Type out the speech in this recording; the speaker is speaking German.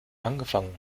angefangen